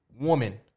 Woman